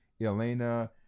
Elena